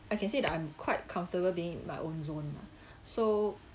I can say that I'm quite comfortable being in my own zone ah so